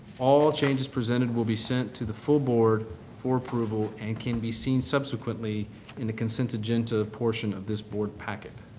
all changes presented will be sent to the full board for approval and can be seen subsequently in the consent agenda portion of this board packet.